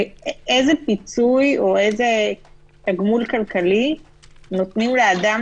איזה פיצוי או תגמול כלכלי נותנים לאדם